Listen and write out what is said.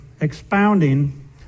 expounding